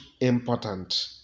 important